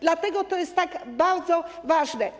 Dlatego to jest tak bardzo ważne.